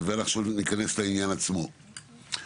ניכנס לעניין עצמו.